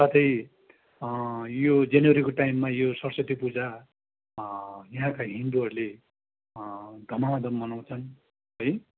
साथै यो जेनवरीको टाइममा यो सरस्वती पूजा यहाँका हिन्दूहरूले धमाधम मनाउँछन् है